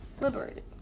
liberated